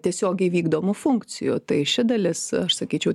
tiesiogiai vykdomų funkcijų tai ši dalis aš sakyčiau